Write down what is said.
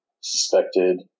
suspected